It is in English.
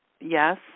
yes